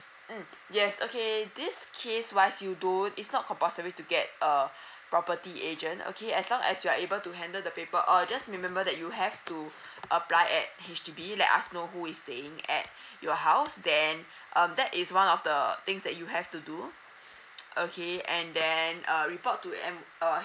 mm yes okay this case wise you don't it's not compulsory to get a property agent okay as long as you are able to handle the paper or just remember that you have to apply at H_D_B let us know who is staying at your house then um that is one of the things that you have to do okay and then uh report to M uh